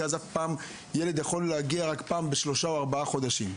כי אז ילד יכול להגיע רק פעם בשלושה או ארבעה חודשים.